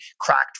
cracked